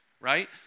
Right